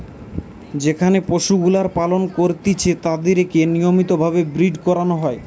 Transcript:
যেখানে পশুগুলার পালন করতিছে তাদিরকে নিয়মিত ভাবে ব্রীড করানো হয়